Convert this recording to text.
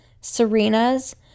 Serena's